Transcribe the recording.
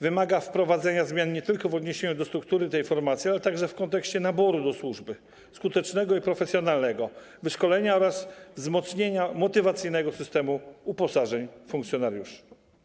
wymaga wprowadzenia zmian nie tylko w odniesieniu do struktury tej formacji, ale także w kontekście naboru do służby: skutecznego i profesjonalnego, wyszkolenia oraz wzmocnienia motywacyjnego systemu uposażeń funkcjonariuszy.